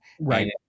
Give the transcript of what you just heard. Right